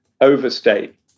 overstate